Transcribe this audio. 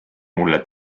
mulle